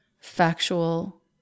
factual